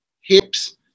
Hips